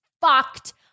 fucked